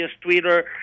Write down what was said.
Twitter